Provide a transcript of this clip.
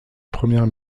première